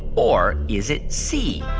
or is it c,